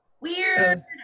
Weird